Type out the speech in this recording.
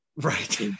right